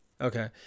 Okay